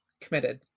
Committed